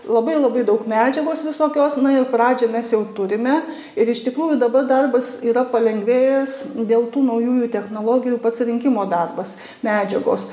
labai labai daug medžiagos visokios na ir pradžią mes jau turime ir iš tikrųjų dabar darbas yra palengvėjęs dėl tų naujųjų technologijų pats rinkimo darbas medžiagos